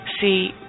See